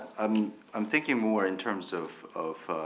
um i'm thinking more in terms of